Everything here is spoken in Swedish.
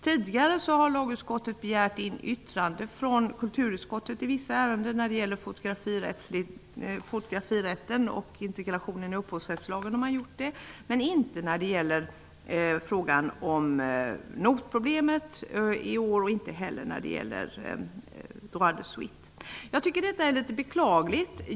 Tidigare har lagutskottet begärt in yttranden från kulturutskottet i vissa ärenden, exempelvis i fråga om fotografirätten och integrationen i upphovsrättslagen. Man har däremot inte gjort det i fråga om notproblemet i år och inte heller när det gäller ''droit de suite''. Detta är litet beklagligt.